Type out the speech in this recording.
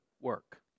work